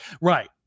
right